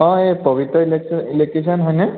অঁ এই পবিত্ৰ ইলেক্ট্ৰিচিয়ান হয়নে